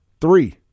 Three